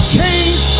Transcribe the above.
Change